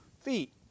feet